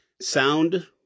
sound